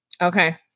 Okay